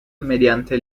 mediante